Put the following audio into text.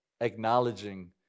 acknowledging